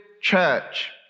church